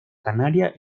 canaria